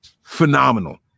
phenomenal